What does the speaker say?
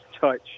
touch